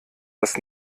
das